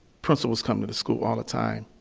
principals come to this school all the time,